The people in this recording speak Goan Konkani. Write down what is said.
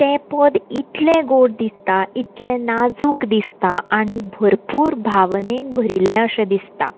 तें पद इतलें गोड दिसता इतलें नाजूक दिसता आनी भरपूर भावनेन भरिल्लें अशें दिसता